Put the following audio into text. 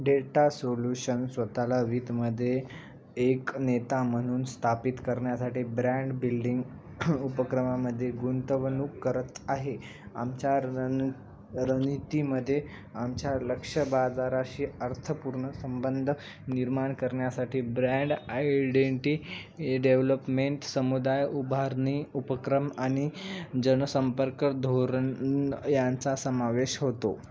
data solution स्वतःला वित्तमध्ये एक नेता म्हणून स्थापित करण्यासाठी ब्रँड बिल्डिंग उपक्रमामध्ये गुंतवणूक करत आहे आमच्या रन रणनीतीमध्ये आमच्या लक्ष्य बाजाराशी अर्थपूर्ण संबंध निर्माण करण्यासाठी ब्रँड आयडेंटीई डेव्हलपमेंट समुदाय उभारणी उपक्रम आणि जनसंपर्क धोरण यांचा समावेश होतो